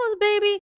baby